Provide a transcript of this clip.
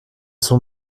son